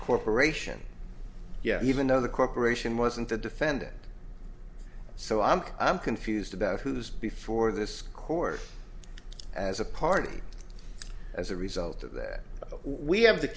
corporation even though the corporation wasn't the defendant so i'm i'm confused about who's before this court as a party as a result of that we have the